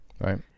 Right